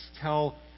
tell